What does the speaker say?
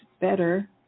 better